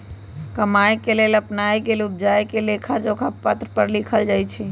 कमाए के लेल अपनाएल गेल उपायके लेखाजोखा पत्र पर लिखल जाइ छइ